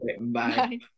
Bye